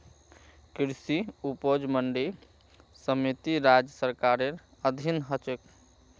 कृषि उपज मंडी समिति राज्य सरकारेर अधीन ह छेक